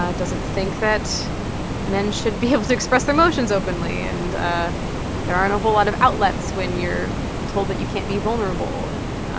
ah doesn't think that men should be able to express their emotions openly. and ah there aren't a whole lot of outlets when you're told that you can't be vulnerable, and